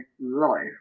life